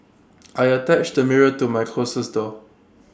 I attached A mirror to my closes door